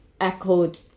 echoed